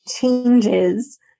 changes